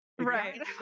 Right